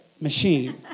machine